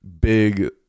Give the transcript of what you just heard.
big